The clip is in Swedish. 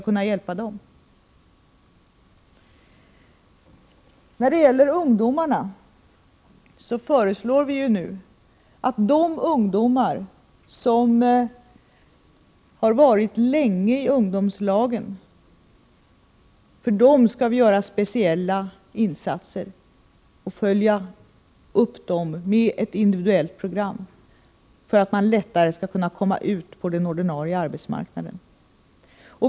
När det gäller ungdomarna föreslår vi nu insatser för de ungdomar som har varit länge i ungdomslagen — att vi följer upp dem med ett individuellt program, för att de lättare skall kunna komma ut på den ordinarie arbetsmarknaden.